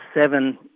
seven